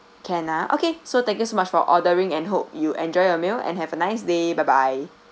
can ah okay so thank you so much for ordering and hope you enjoy your meal and have a nice day bye bye